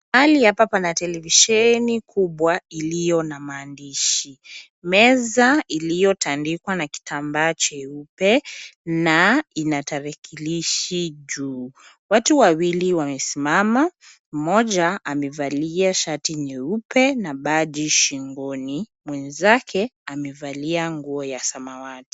Mahali hapa pana televisheni kubwa iliyo na maandishi. Meza iliyotandikwa na kitambaa cheupe, na ina tarakilishi juu. Watu wawili wamesimama , mmoja amevalia shati nyeupe na baji shingoni. Mwenzake amevalia nguo ya samawati.